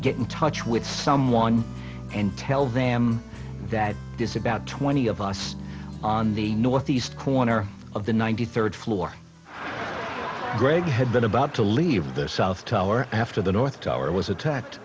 get in touch with someone and tell them that this about twenty of us on the northeast corner of the ninety third floor greg had been about to leave the south tower after the north tower was attacked